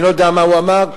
אני לא יודע מה הוא אמר.